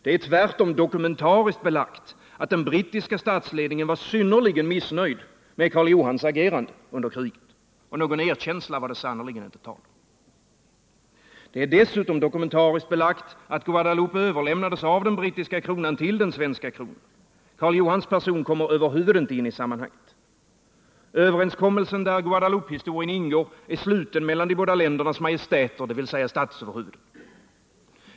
Det är tvärtom dokumentariskt belagt att den brittiska statsledningen var synnerligen missnöjd med Karl Johans agerande under kriget, och någon erkänsla var det sannerligen inte tal om. Det är dessutom dokumentariskt belagt att Guadeloupe överlämnades av den brittiska kronan till den svenska kronan. Karl Johans person kom över huvud inte in i sammanhanget. Överenskommelsen där Guadeloupehistorien ingår är sluten mellan de båda ländernas majestäter, dvs. statsöverhuvuden.